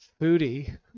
foodie